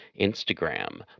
Instagram